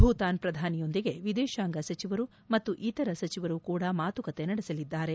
ಭೂತಾನ್ ಪ್ರಧಾನಿಯೊಂದಿಗೆ ವಿದೇಶಾಂಗ ಸಚಿವರು ಮತ್ತು ಇತರ ಸಚಿವರು ಕೂಡ ಮಾತುಕತೆ ನಡೆಸಲಿದ್ದಾರೆ